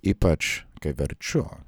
ypač kai verčiu